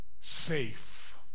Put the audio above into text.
safe